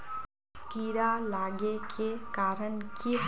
कीड़ा लागे के कारण की हाँ?